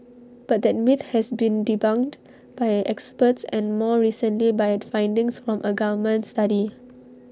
but that myth has been debunked by experts and more recently by findings from A government study